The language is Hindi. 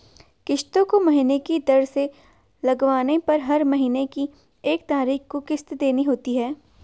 किस्तों को महीने की दर से लगवाने पर हर महीने की एक तारीख को किस्त देनी होती है